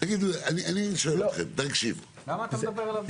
--- אני שואל אתכם --- למה אתה מדבר אליו ברבים?